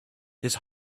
his